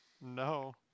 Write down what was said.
No